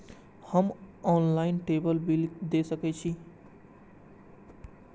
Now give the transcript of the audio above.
हम online table bill दे सके छी?